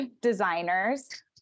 designers